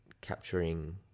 capturing